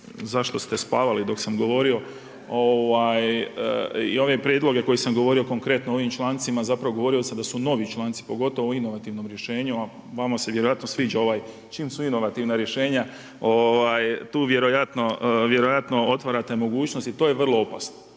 zašto ste spavali dok sam govorio i ove prijedloge koje sam govorio konkretno o ovim člancima, zapravo govorio sam da su novi članci, pogotovo u inovativnom rješenju, a vama se vjerojatno sviđa čim su inovativna rješenja, tu vjerojatno otvarate mogućnost i to je vrlo opasno,